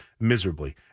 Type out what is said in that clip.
miserably